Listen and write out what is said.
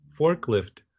forklift